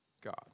God